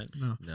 No